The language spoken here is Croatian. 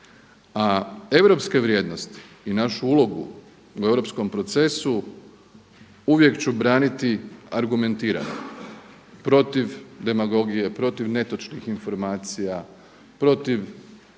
A europske vrijednosti i našu ulogu u europskom procesu uvijek ću braniti argumentirano protiv demagogije, protiv netočnih informacija, protiv